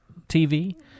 TV